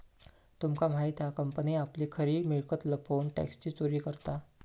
तुमका माहित हा कंपनी आपली खरी मिळकत लपवून टॅक्सची चोरी करता